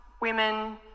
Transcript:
women